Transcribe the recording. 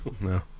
No